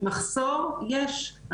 מחסור יש,